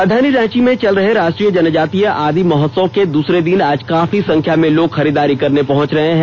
राजधानी रांची में चल रहे राष्ट्रीय जनजातीय आदि महोत्सव के दूसरे दिन आज काफी संख्या में लोग खरीददारी करने पहुंच रहे हैं